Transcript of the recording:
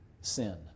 sin